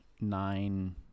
nine